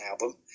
album